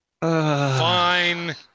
Fine